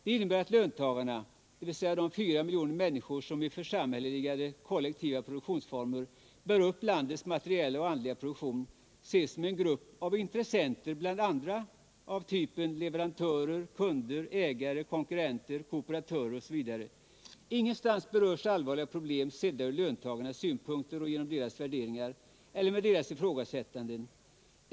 Det innebär att löntagarna, dvs. de fyra miljoner människor som i församhälleligade kollektiva produktionsformer bär upp landets materiella och andliga produktion, ses som en grupp av ”intressenter” bland andra av typ leverantörer, kunder, ägare, konkurrenter, kooperatörer osv. Ingenstans berörs allvarliga problem sedda ur löntagarnas synpunkter och med deras värderingar eller deras ifrågasättanden.